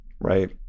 right